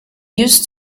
used